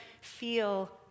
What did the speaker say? feel